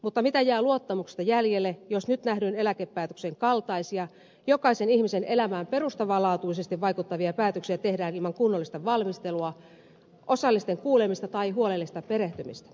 mutta mitä jää luottamuksesta jäljelle jos nyt nähdyn eläkepäätöksen kaltaisia jokaisen ihmisen elämään perustavanlaatuisesti vaikuttavia päätöksiä tehdään ilman kunnollista valmistelua osallisten kuulemista tai huolellista perehtymistä